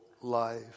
life